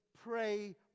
pray